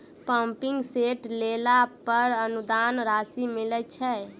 Pumping set लेला पर अनुदान राशि मिलय छैय?